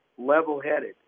level-headed